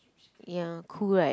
ya cool right